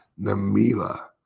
Namila